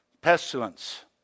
pestilence